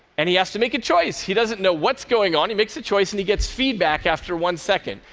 and he has to make a choice. he doesn't know what's going on. he makes a choice, and he gets feedback after one second.